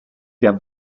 der